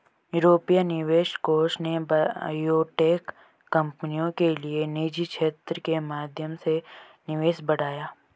यूरोपीय निवेश कोष ने बायोटेक कंपनियों के लिए निजी क्षेत्र के माध्यम से निवेश बढ़ाया